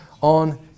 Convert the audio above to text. on